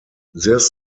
this